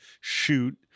shoot